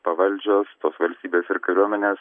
pavaldžios tos valstybės ir kariuomenės